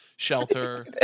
Shelter